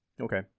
Okay